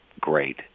great